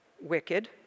wicked